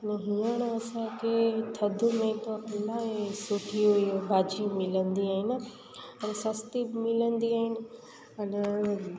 न हीअंर असांखे थदि में इलाही सुखी हुइयूं भाजी मिलंदियूं आहिनि पर सस्ती बि मिलंदियूं आहिनि अन